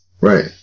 Right